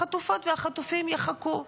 החטופות והחטופים יחכו.